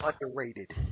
underrated